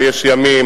או יש ימים,